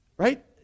Right